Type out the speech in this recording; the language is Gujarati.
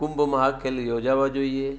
કુંભ મહાખેલ યોજાવા જોઈએ